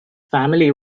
family